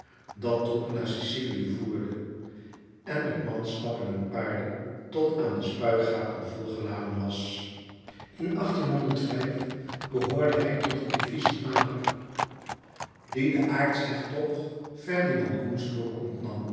dat troepen naar sicilië voerde en met manschappen en paarden tot aan de spuigaten volgeladen was in behoorde hij tot de divisie malher die den aartshertog ferdinand